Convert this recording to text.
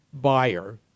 buyer